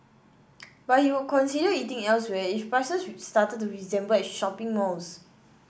but he would consider eating elsewhere if prices started to resemble at shopping malls